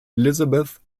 elizabeth